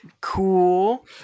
cool